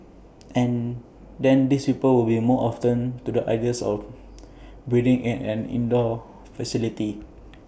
and then these people will be more open to the ideas of breeding in an indoor facility